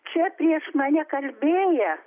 čia prieš mane kalbėję